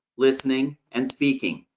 listening, and speaking.